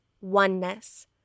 oneness